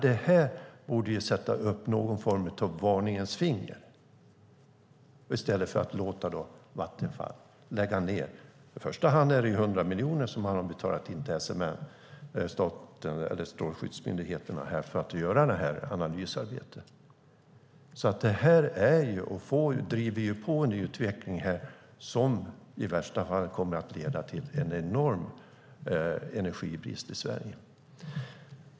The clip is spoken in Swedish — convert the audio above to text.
Detta borde få regeringen att höja ett varningens finger, men i stället har man låtit Vattenfall betala in 100 miljoner till Strålsäkerhetsmyndigheten för att göra analysarbetet. Detta driver på en utveckling som i värsta fall kommer att leda till en enorm energibrist i Sverige.